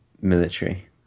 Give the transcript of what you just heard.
military